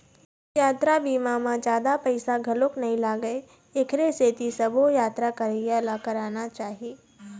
यातरा बीमा म जादा पइसा घलोक नइ लागय एखरे सेती सबो यातरा करइया ल कराना चाही